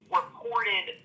reported